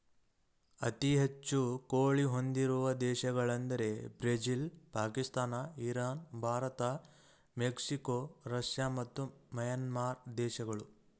ಅತಿ ಹೆಚ್ಚು ಕೋಳಿ ಹೊಂದಿರುವ ದೇಶಗಳೆಂದರೆ Brazil Pakistan Iran Bharat Mexico Russia ಮತ್ತು ಮ್ಯಾನ್ಮಾರ್ ದೇಶಗಳು